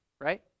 right